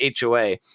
HOA